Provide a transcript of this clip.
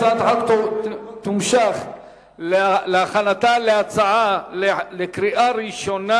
הצעת החוק תועבר לוועדת הכלכלה להכנתה לקריאה ראשונה.